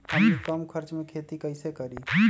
हमनी कम खर्च मे खेती कई से करी?